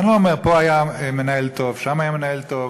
אני לא אומר, פה היה מנהל טוב, שם היה מנהל טוב,